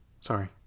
Sorry